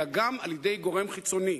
אלא גם על-ידי גורם חיצוני.